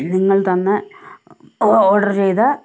നിങ്ങള് തന്ന ഓ ഓര്ഡര് ചെയ്യ്ത